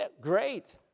Great